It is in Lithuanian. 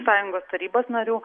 sąjungos tarybos narių